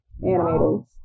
animators